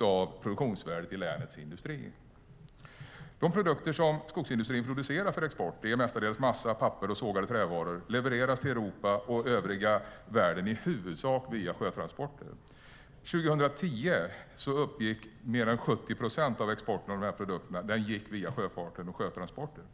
av produktionsvärdet i länets industri. De produkter som skogsindustrin producerar för export, mestadels massa, papper och sågade trävaror, levereras till Europa och övriga världen i huvudsak via sjötransporter. År 2010 gick mer än 70 procent av denna export via sjöfart och sjötransporter.